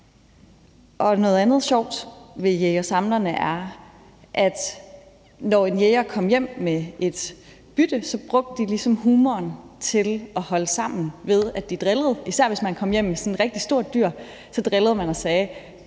Noget andet sjovt ved jægerne og samlerne var, at de, når en jæger kom hjem med et bytte, så ligesom brugte humoren til at holde sammen, ved at de drillede, især hvis man kom hjem med sådan et rigtig stort dyr, hvor de sagde: